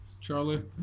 Charlie